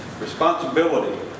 responsibility